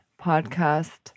podcast